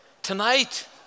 Tonight